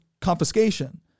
confiscation